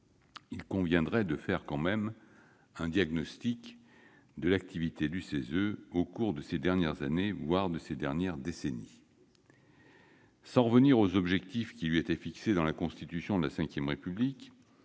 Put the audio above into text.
il conviendrait de faire un diagnostic de l'activité du CESE au cours de ces dernières années, voire de ces dernières décennies. Sans revenir aux objectifs qui lui étaient fixés dans la Constitution de la V République,